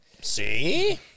See